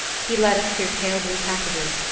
he led us through pale blue passages,